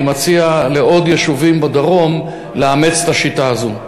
אני מציע לעוד יישובים בדרום לאמץ את השיטה הזאת.